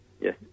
Yes